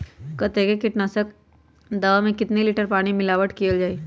कतेक किटनाशक दवा मे कितनी लिटर पानी मिलावट किअल जाई?